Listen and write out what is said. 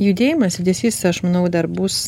judėjimas judesys aš manau dar bus